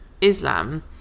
Islam